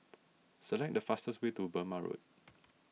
select the fastest way to Burmah Road